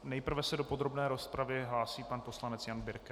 Nejprve se do podrobné rozpravy hlásí pan poslanec Jan Birke.